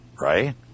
right